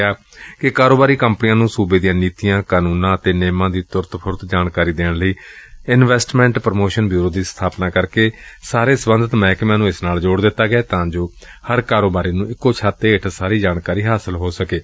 ਕਿਹਾ ਕਿ ਕਾਰੋਬਾਰੀ ਕੰਪਨੀਆਂ ਨੂੰ ਸੂਬੇ ਦੀਆਂ ਨੀਤੀਆਂ ਕਾਨੂੰਨਾਂ ਅਤੇ ਨਿਯਮਾਂ ਦੀ ਤੁਰਤ ਫੁਰਤ ਜਾਣਕਾਰੀ ਦੇਣ ਲਈ ਇਨਵੈਸਟਮੈਂਟ ਪ੍ਰੋਮੋਸ਼ਨ ਬਿਉਰੋ ਦੀ ਸਬਾਪਨਾ ਕਰ ਕੇ ਸਾਰੇ ਸਬੰਧਤ ਮਹਿਕਮਿਆਂ ਨੂੰ ਇਸ ਨਾਲ ਜੋੜ ਦਿੱਤਾ ਗਿਆ ਤਾਂ ਕਿ ਹਰ ਕਾਰੋਬਾਰੀ ਨੂੰ ਇੱਕੋ ਛੱਤ ਹੇਠ ਸਾਰੀ ਜਾਣਕਾਰੀ ਮਿਲ ਸਕੇ